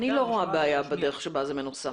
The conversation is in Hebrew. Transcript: אני לא רואה בעיה בדרך שבה זה מנוסח.